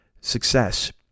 success